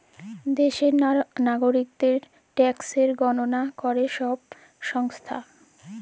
দ্যাশের লাগরিকদের ট্যাকসের গললা ক্যরে ছব সংস্থা